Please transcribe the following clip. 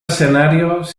escenarios